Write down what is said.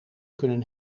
kunnen